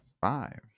Five